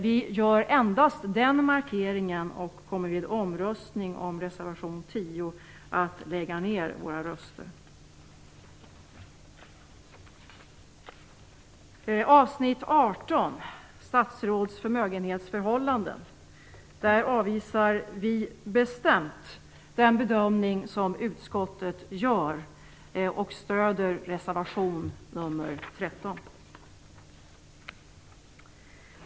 Vi gör endast den markeringen, och vi kommer vid omröstningen om reservation 10 att lägga ner våra röster. Vad gäller avsnitt 18 om statsråds förmögenhetsförhållanden avvisar vi bestämt den bedömning som utskottet gör och stöder reservation nr 13.